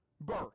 birth